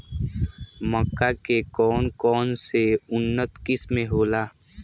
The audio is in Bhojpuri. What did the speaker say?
मक्का के कौन कौनसे उन्नत किस्म होला?